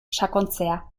sakontzea